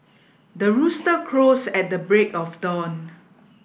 the rooster crows at the break of dawn